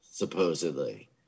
supposedly